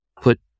put